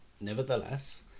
nevertheless